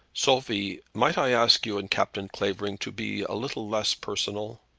sophie, might i ask you and captain clavering to be a little less personal?